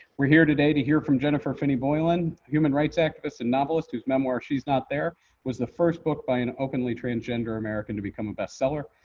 we are here today to hear from jennifer finney boylan, human rights activist and novelist whose memoir she's not there was the first book by an openly transgender american to become a bestseller.